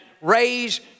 raise